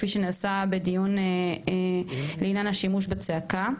כפי שנעשה בדיון לעניין השימוש בצעקה.